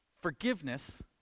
forgiveness